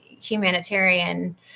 humanitarian